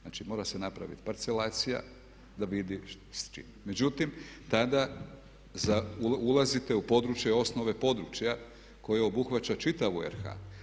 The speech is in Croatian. Znači mora se napraviti parcelacija da vidi … Međutim, tada ulazite u područje, osnove područja koje obuhvaća čitavu RH.